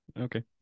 Okay